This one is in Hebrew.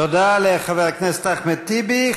תודה לחבר הכנסת אחמד טיבי.